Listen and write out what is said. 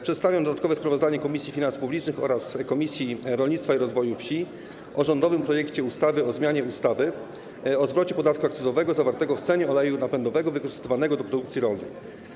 Przedstawiam dodatkowe sprawozdanie Komisji Finansów Publicznych oraz Komisji Rolnictwa i Rozwoju Wsi o rządowym projekcie ustawy o zmianie ustawy o zwrocie podatku akcyzowego zawartego w cenie oleju napędowego wykorzystywanego do produkcji rolnej.